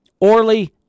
orly